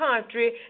country